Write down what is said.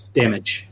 damage